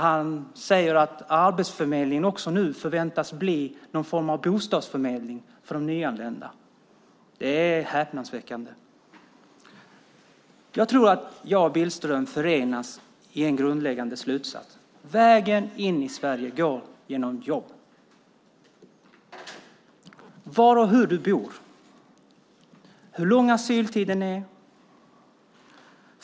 Han säger att Arbetsförmedlingen nu också förväntas bli en form av bostadsförmedling för nyanlända - häpnadsväckande! Jag tror att jag och Billström förenas i en grundläggande slutsats: Vägen in i Sverige går genom jobb, var och hur du bor samt hur lång asyltiden är.